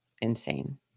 Insane